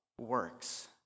works